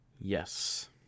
Yes